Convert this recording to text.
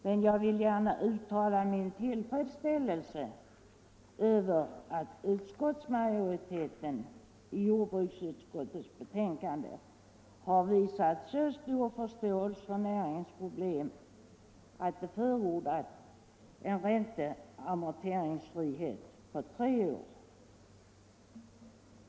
Men jag vill gärna uttala min tillfredsställelse över att utskottsmajoriteten visat sig ha så stor förståelse för näringens problem att man i jordbruksutskottets betänkande förordat Nr 87 en ränteoch amorteringsfrihet på tre år.